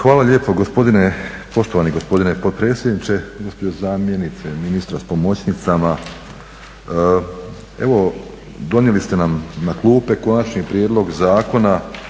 Hvala lijepo poštovani gospodine potpredsjedniče. Gospođo zamjenice ministra s pomoćnicama. Evo donijeli ste nam na klupe Konačni prijedlog Zakona